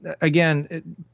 again